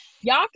y'all